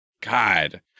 god